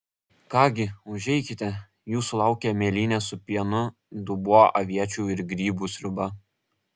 ką gi užeikite jūsų laukia mėlynės su pienu dubuo aviečių ir grybų sriuba